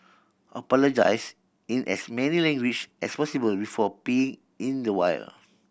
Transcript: apologise in as many language as possible before peeing in the wild